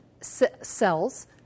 cells